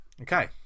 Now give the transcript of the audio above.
Okay